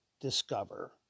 discover